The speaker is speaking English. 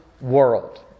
world